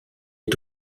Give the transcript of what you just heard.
est